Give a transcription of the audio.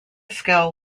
skill